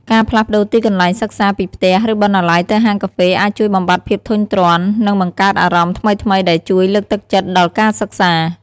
ការផ្លាស់ប្ដូរទីកន្លែងសិក្សាពីផ្ទះ ឬបណ្ណាល័យទៅហាងកាហ្វេអាចជួយបំបាត់ភាពធុញទ្រាន់ និងបង្កើតអារម្មណ៍ថ្មីៗដែលជួយលើកទឹកចិត្តដល់ការសិក្សា។